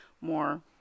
more